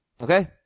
Okay